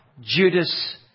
Judas